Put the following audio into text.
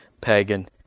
pagan